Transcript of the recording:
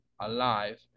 alive